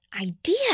idea